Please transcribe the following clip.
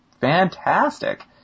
fantastic